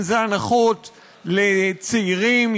לצעירים,